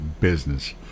business